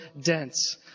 dense